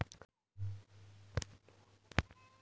Primrose villa Karnataka के चिकमगलूर में coffee estate walk हैं